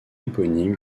éponyme